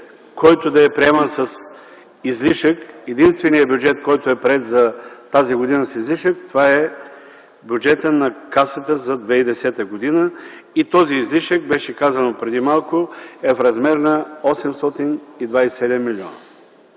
който да е приеман с излишък. Единственият бюджет, който е приет за тази година с излишък, това е бюджетът на Касата за 2010 г. И този излишък, беше казано преди малко, е в размер на 827 милиона.